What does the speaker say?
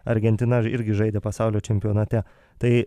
argentina irgi žaidė pasaulio čempionate tai